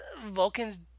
Vulcans